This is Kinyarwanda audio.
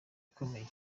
ikomeye